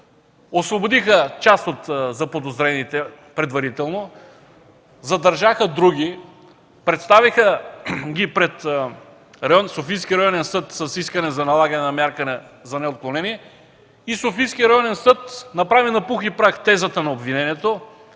освободиха част от заподозрените предварително, задържаха други и ги представиха пред Софийския районен съд с искане за налагане на мярка за неотклонение. Софийският районен съд направи на пух и прах тезата на обвинението